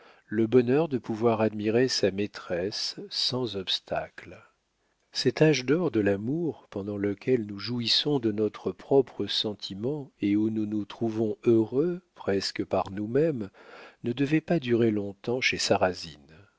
le bonheur de pouvoir admirer sa maîtresse sans obstacles cet âge d'or de l'amour pendant lequel nous jouissons de notre propre sentiment et où nous nous trouvons heureux presque par nous-mêmes ne devait pas durer long-temps chez sarrasine